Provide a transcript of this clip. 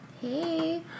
Hey